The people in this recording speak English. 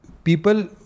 People